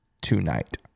tonight